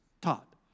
taught